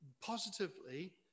positively